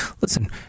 listen